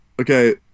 Okay